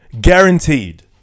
Guaranteed